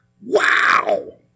Wow